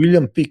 וילהלם פיק,